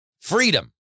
Freedom